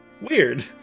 Weird